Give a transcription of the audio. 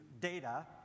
data